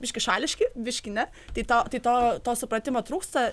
biškį šališki biškį ne tai tau tai to to supratimo trūksta